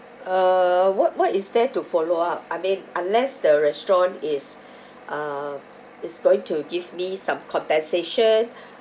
uh what what is there to follow up I mean unless the restaurant is uh is going to give me some compensation